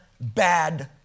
bad